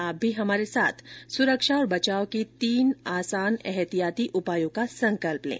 आप भी हमारे साथ सुरक्षा और बचाव के तीन आसान एहतियाती उपायों का संकल्प लें